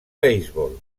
beisbol